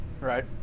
right